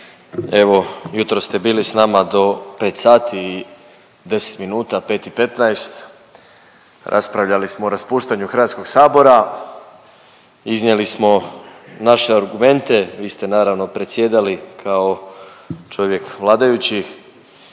Evo jutros ste bili s nama do 5 i 10 minuta, 5,15 raspravljali smo o raspuštanju HS-a, iznijeli smo naše argumente, vi ste naravno predsjedali kao čovjek vladajućih